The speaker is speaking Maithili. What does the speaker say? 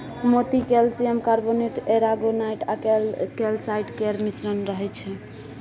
मोती कैल्सियम कार्बोनेट, एरागोनाइट आ कैलसाइट केर मिश्रण रहय छै